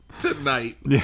tonight